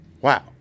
wow